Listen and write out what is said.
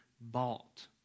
bought